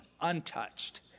untouched